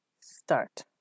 start